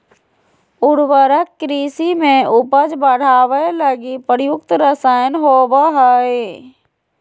उर्वरक कृषि में उपज बढ़ावे लगी प्रयुक्त रसायन होबो हइ